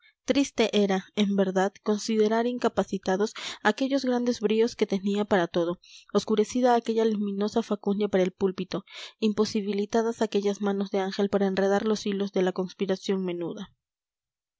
triste era en verdad considerar incapacitados aquellos grandes bríos que tenía para todo oscurecida aquella luminosa facundia para el púlpito imposibilitadas aquellas manos de ángel para enredar los hilos de la conspiración menuda